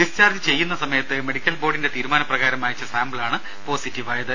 discharge ചെയ്യുന്ന സമയത്ത് medical ബോർഡിന്റെ തീരുമാനപ്രകാരം അയച്ച സാമ്പിളാണ് പോസിറ്റീവായത്